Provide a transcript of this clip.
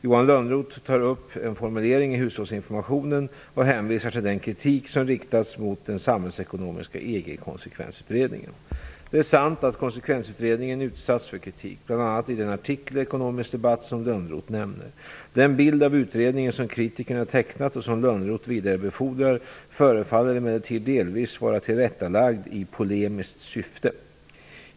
Johan Lönnroth tar upp en formulering i hushållsinformationen och hänvisar till den kritik som riktats mot den samhällsekonomiska EG Det är sant att konsekvensutredningen utsatts för kritik, bl.a. i den artikel i Ekonomisk debatt som Lönnroth nämner. Den bild av utredningen som kritikerna tecknat, och som Lönnroth vidarebefordrar, förefaller emellertid delvis vara tillrättalagd i polemiskt syfte.